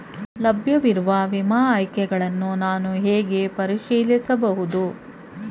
ಲಭ್ಯವಿರುವ ವಿಮಾ ಆಯ್ಕೆಗಳನ್ನು ನಾನು ಹೇಗೆ ಪರಿಶೀಲಿಸಬಹುದು?